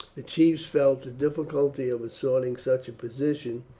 the chiefs felt the difficulty of assaulting such a position,